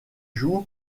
joue